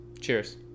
Cheers